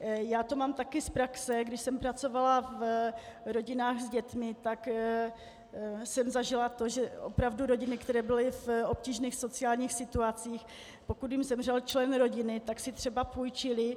Já to mám taky z praxe, kdy jsem pracovala v rodinách s dětmi, tak jsem zažila to, že opravdu rodiny, které byly v obtížných sociálních situacích, pokud jim zemřel člen rodiny, tak si třeba půjčily.